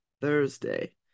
Thursday